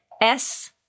S-